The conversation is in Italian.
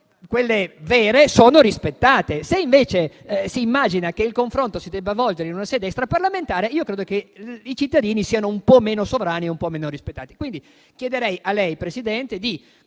quelle vere, sono rispettate. Se invece si immagina che il confronto si debba svolgere in una sede extraparlamentare, io credo che i cittadini siano un po' meno sovrani e un po' meno rispettati. Chiederei a lei, Presidente, di